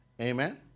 Amen